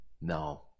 No